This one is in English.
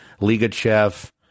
Ligachev